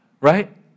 right